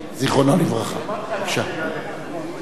והשיר במבטא רוסי, "לעבודה".